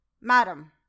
Madam